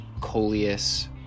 coleus